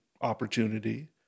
opportunity